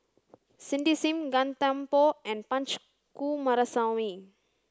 Cindy Sim Gan Thiam Poh and Punch Coomaraswamy